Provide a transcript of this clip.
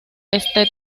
este